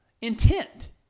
intent